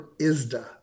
ISDA